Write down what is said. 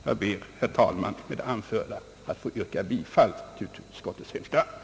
Jag ber, herr talman, att med det anförda få yrka bifall till utskottets hemställan.